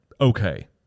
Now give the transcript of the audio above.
okay